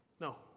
No